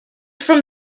from